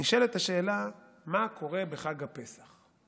נשאלת השאלה: מה קורה בחג הפסח?